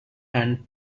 and